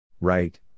Right